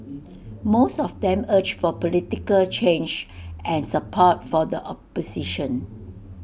most of them urged for political change and support for the opposition